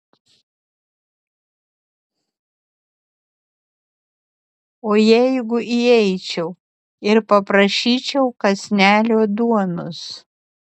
o jeigu įeičiau ir paprašyčiau kąsnelio duonos